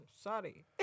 sorry